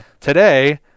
today